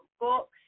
books